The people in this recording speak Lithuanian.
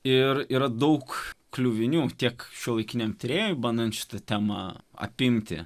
ir yra daug kliuvinių tiek šiuolaikiniam tyrėjui bandant šitą temą apimti